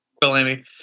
Bellamy